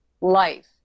life